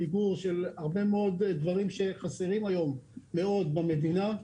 חיבור של הרבה מאוד דברים שחסרים היום מאד במדינה.